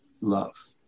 love